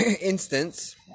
instance